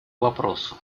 вопросу